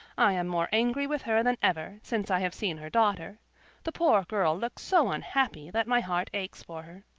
i am more angry with her than ever since i have seen her daughter the poor girl looks so unhappy that my heart aches for her.